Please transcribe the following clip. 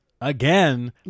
again